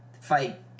fight